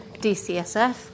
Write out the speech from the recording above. DCSF